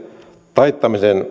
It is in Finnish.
taittamisen